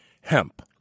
hemp